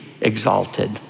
exalted